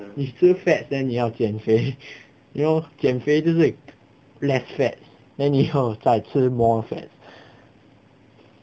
你吃 fat then 你要减肥 you know 减肥就是 less fat then 你要再吃 more fat